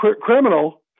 criminal